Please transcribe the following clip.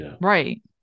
Right